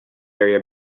area